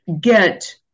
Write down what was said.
get